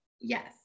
Yes